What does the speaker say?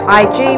ig